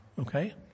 okay